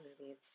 movies